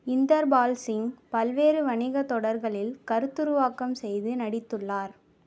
இந்தர்பால் சிங் பல்வேறு வணிகத் தொடர்களில் கருத்துருவாக்கம் செய்து நடித்துள்ளார்